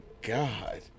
God